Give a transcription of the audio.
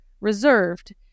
reserved